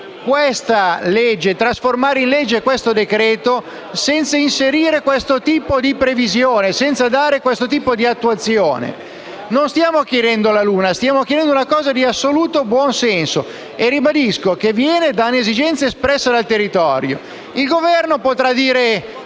possa convertire in legge questo decreto-legge, senza inserire questo tipo di previsione, senza dare questo tipo di attuazione. Non stiamo chiedendo la luna, ma una cosa di assoluto buonsenso, che - ribadisco - proviene da un'esigenza espressa dal territorio. Il Governo potrà dire